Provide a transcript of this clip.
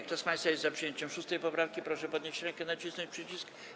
Kto z państwa jest za przyjęciem 6. poprawki, proszę podnieść rękę i nacisnąć przycisk.